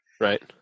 Right